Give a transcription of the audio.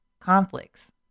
conflicts